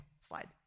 Slide